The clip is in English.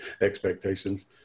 expectations